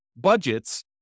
budgets